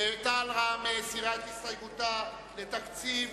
תע"ל-רע"ם מסירה את הסתייגותה לתקציב